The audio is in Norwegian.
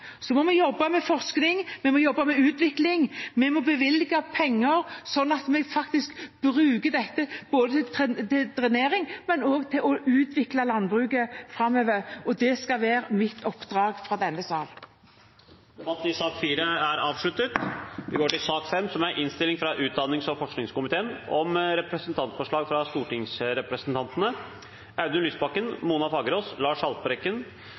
Så må vi jobbe med forskning, vi må jobbe med utvikling, vi må bevilge penger, sånn at vi faktisk bruker dette til drenering, men også til å utvikle landbruket framover. Det skal være mitt oppdrag fra denne sal. Debatten i sak nr. 4 er avsluttet. Etter ønske fra utdannings- og forskningskomiteen vil presidenten ordne debatten slik: 3 minutter til hver partigruppe og